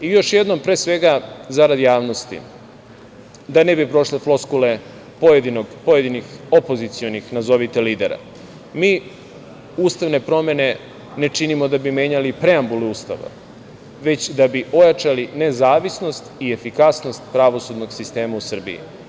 Još jednom, pre svega zarad javnosti, da ne bi prošle floskule pojedinih opozicionih nazovi lidera, mi ustavne promene ne činimo da bi menjali preambulu Ustava, već da bi ojačali nezavisnost i efikasnost pravosudnog sistema u Srbiji.